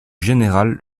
général